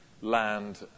land